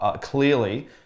clearly